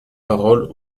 paroles